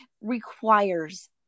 requires